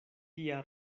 tia